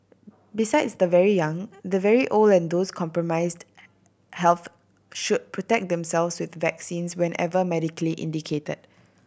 besides the very young the very old and those compromised health should protect themselves with vaccines whenever medically indicated